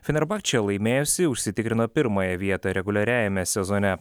finerbakčė laimėjusi užsitikrino pirmąją vietą reguliariajame sezone